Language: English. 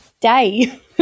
day